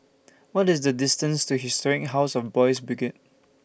What IS The distance to Historic House of Boys' Brigade